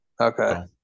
Okay